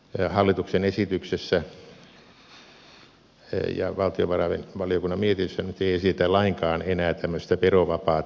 tässä hallituksen esityksessä ja valtiovarainvaliokunnan mietinnössä nyt ei esitetä lainkaan enää tämmöistä verovapaata määrää